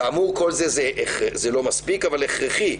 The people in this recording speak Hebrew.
כאמור, כל זה לא מספיק, אבל הכרחי.